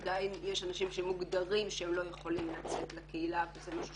עדיין יש אנשים שמוגדרים שהם לא יכולים לצאת לקהילה וזה משהו